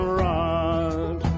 rod